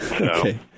Okay